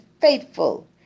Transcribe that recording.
faithful